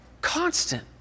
Constant